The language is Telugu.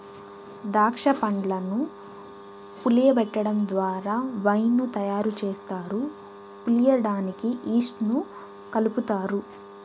దాక్ష పండ్లను పులియబెటడం ద్వారా వైన్ ను తయారు చేస్తారు, పులియడానికి ఈస్ట్ ను కలుపుతారు